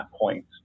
point